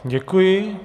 Děkuji.